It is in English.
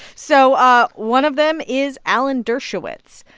so ah one of them is alan dershowitz.